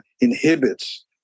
inhibits